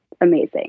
amazing